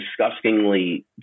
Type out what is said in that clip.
disgustingly